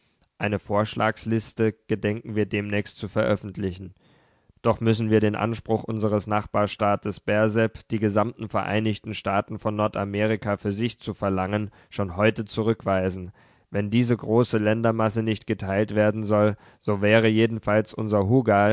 eine vorschlagsliste gedenken wir demnächst zu veröffentlichen doch müssen wir den anspruch unseres nachbarstaates berseb die gesamten vereinigten staaten von nordamerika für sich zu verlangen schon heute zurückweisen wenn diese große ländermasse nicht geteilt werden soll so wäre jedenfalls unser